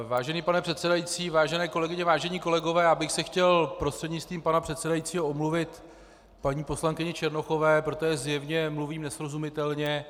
Vážený pane předsedající, vážené kolegyně, vážení kolegové, já bych se chtěl prostřednictvím pana předsedajícího omluvit paní poslankyni Černochové, protože zjevně mluvím nesrozumitelně.